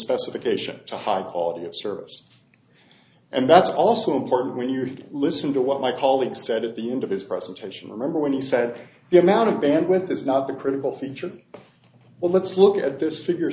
specification to high quality of service and that's also important when you listen to what my colleague said at the end of his presentation remember when he said the amount of bandwidth is not the critical feature well let's look at this figure